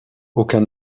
aucun